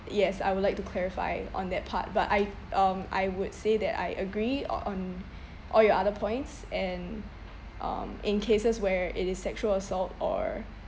yes I would like to clarify on that part but I um I would say that I agree o~ on all your other points and um in cases where it is sexual assault or